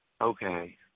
Okay